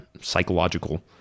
psychological